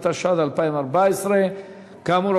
התשע"ד 2014. כאמור,